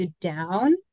down